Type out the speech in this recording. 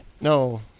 No